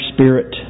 Spirit